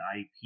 IP